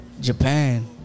Japan